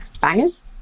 bangers